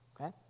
Okay